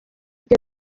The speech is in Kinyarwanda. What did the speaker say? the